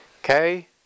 Okay